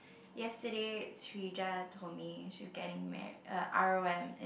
yesterday told me she's getting marr~ uh R_O_M